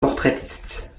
portraitiste